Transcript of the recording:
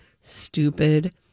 stupid